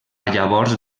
llavors